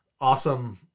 awesome